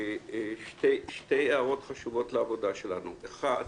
שתי הערות חשובות לעבודה שלנו: ראשית,